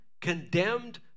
condemned